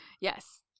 yes